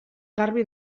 garbi